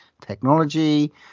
technology